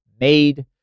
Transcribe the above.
made